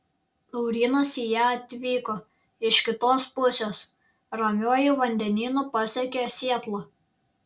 laurynas į ją atvyko iš kitos pusės ramiuoju vandenynu pasiekė sietlą